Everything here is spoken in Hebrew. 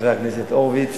חבר הכנסת הורוביץ,